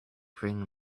bring